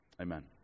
Amen